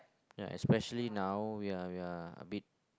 ya especially now we're we're a bit